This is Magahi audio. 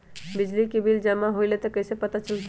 बिजली के बिल जमा होईल ई कैसे पता चलतै?